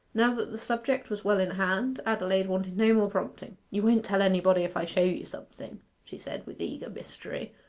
now that the subject was well in hand, adelaide wanted no more prompting. you won't tell anybody if i show you something she said, with eager mystery.